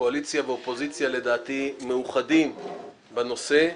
קואליציה ואופוזיציה, מאוחדים בנושא.